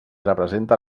representa